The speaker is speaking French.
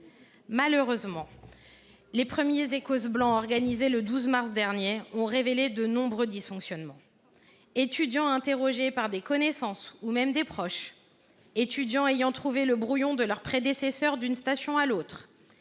Malheureusement, les premiers Ecos blancs, organisés le 12 mars dernier, ont révélé de nombreux dysfonctionnements : étudiants interrogés par des connaissances ou même par des proches ; étudiants ayant trouvé le brouillon de leurs prédécesseurs d’une station à l’autre